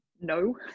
no